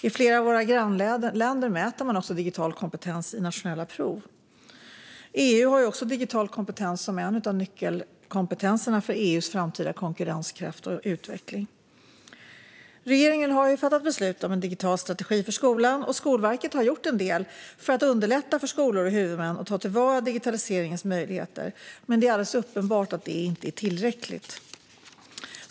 I flera av våra grannländer mäter man också digital kompetens i nationella prov. EU har också digital kompetens som en av nyckelkompetenserna för EU:s framtida konkurrenskraft och utveckling. Regeringen har fattat beslut om en digital strategi för skolan. Skolverket har gjort en del för att underlätta för skolor och huvudmän att ta till vara digitaliseringens möjligheter. Men det är alldeles uppenbart att det inte är tillräckligt.